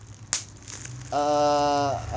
err